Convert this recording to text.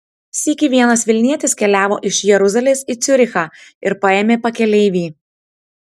sykį vienas vilnietis keliavo iš jeruzalės į ciurichą ir paėmė pakeleivį